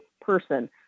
person